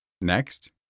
Next